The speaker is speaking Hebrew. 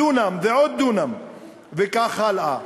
דונם ועוד דונם וכך הלאה.